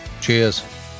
Cheers